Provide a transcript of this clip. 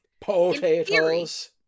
Potatoes